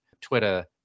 Twitter